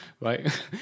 right